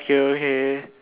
okay okay